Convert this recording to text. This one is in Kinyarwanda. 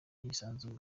yisanzuye